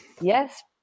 Yes